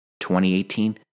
2018